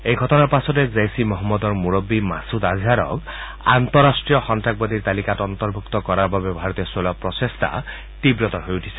এই ঘটনাৰ পাছতে জইচ ঈ মহম্মদৰ মূৰববী মাছুদ আজহাৰক আন্তঃৰাষ্ট্ৰীয় সন্নাসবাদীৰ তালিকাত অন্তৰ্ভুক্ত কৰাৰ বাবে ভাৰতে চলোৱা প্ৰচেষ্টা তীৱতৰ হৈ উঠিছে